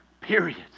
Period